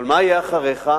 אבל מה יהיה אחריך?